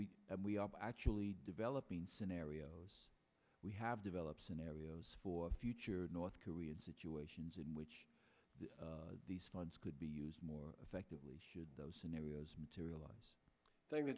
we are actually developing scenarios we have developed scenarios for future north korean situations in which these funds could be used more effectively should those scenarios materialize i thin